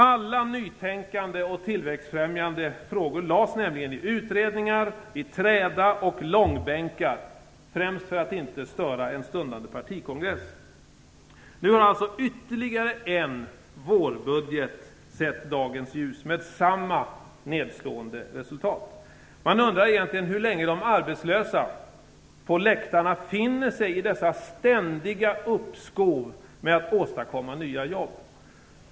Alla nytänkande och tillväxtfrämjande frågor lades nämligen i utredningar, träda och långbänkar, främst för att inte störa en stundande partikongress. Nu har alltså ytterligare en vårbudget sett dagens ljus med samma nedslående resultat. Man undrar hur länge de arbetslösa på läktarna egentligen finner sig i dessa ständiga uppskov med att åstadkomma nya jobb.